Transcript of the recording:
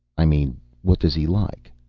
i mean what does he like?